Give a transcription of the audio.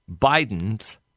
Biden's